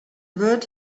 wurd